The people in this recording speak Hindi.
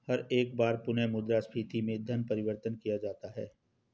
हर एक बार पुनः मुद्रा स्फीती में धन परिवर्तन किया जाता है